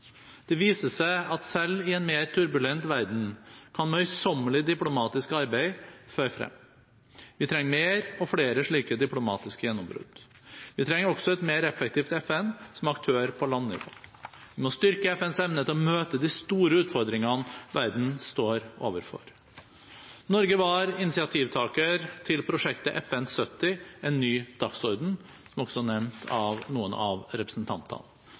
Det viser seg at selv i en mer turbulent verden kan møysommelig diplomatisk arbeid føre frem. Vi trenger mer og flere slike diplomatiske gjennombrudd. Vi trenger også et mer effektivt FN som aktør på landnivå. Vi må styrke FNs evne til å møte de store utfordringene verden står overfor. Norge var initiativtaker til prosjektet «FN70: En ny dagsorden», som også er nevnt av noen av representantene.